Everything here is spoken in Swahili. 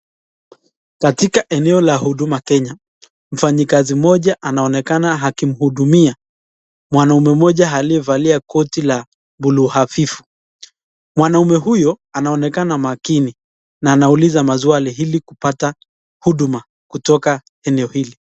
Katika eneo la Huduma Kenya, mfanyikazi mmoja anaonekana akihudumia mwanaume mmoja aliye valia koti la buluu hafifu. Mwanaume huyo anaonekana makini na anauliza maswali ili kupata huduma katika eneo hili.